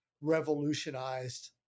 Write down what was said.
revolutionized